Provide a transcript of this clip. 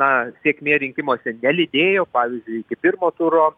na sėkmė rinkimuose nelydėjo pavyzdžiui iki pirmo turo